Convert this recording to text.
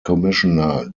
commissioner